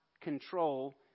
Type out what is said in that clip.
control